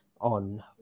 on